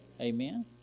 Amen